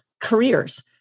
careers